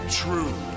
true